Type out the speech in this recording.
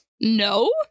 no